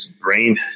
brain